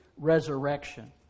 resurrection